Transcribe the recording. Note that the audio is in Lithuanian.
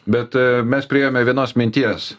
bet mes priėjome vienos minties